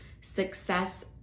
success